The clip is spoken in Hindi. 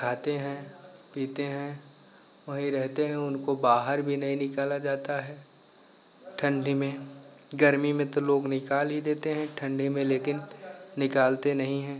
खाते हैं पीते हैं वही रहते हैं वो उनको बाहर भी नहीं निकाला जाता है ठंडी में गर्मी में तो लोग निकाल ही देते हैं ठंडी में लेकिन निकालते नहीं हैं